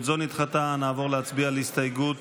נעבור להצביע על הסתייגות